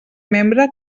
membre